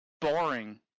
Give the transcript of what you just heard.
boring